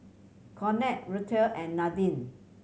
Conard Ruthe and Nadine